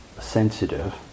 sensitive